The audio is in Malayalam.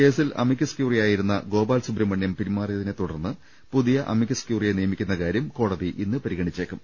കേസിൽ അമിക്കസ് ക്യൂറിയായിരുന്ന ഗോപാൽ സുബ്രഹ്മണ്യം പിൻമാറിയതിനെ തുടർന്ന് പുതിയ അമിക്കസ് ക്യൂറിയെ നിയമിക്കുന്ന കാര്യം കോടതി ഇന്ന് പരിഗണിച്ചേക്കും